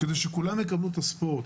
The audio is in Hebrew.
כדי שכולם יקבלו את הספורט.